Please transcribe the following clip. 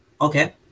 okay